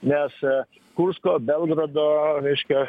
nes kursko belgorodo reiškia